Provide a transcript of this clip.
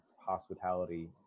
hospitality